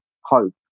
hope